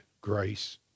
grace